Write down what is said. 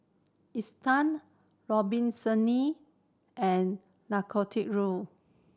Isetan and Nicorette